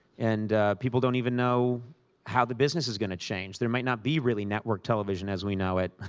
and people don't even know how the business is going to change. there might not be, really, network television as we know it.